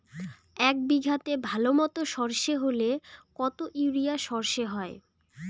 এক বিঘাতে ভালো মতো সর্ষে হলে কত ইউরিয়া সর্ষে হয়?